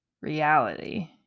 reality